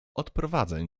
odprowadzę